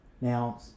now